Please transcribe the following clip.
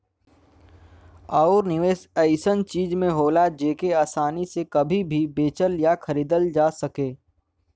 आउर निवेस ऐसन चीज में होला जेके आसानी से कभी भी बेचल या खरीदल जा सके